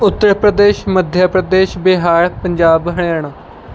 Uttar Pradesh Madhya Pradesh Bihar Punjab Haryana